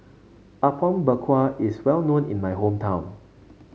Apom Berkuah is well known in my hometown